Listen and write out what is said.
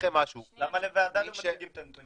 למה לוועדה לא מציגים את הנתונים?